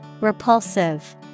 Repulsive